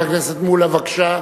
חבר הכנסת מולה, בבקשה.